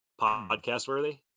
podcast-worthy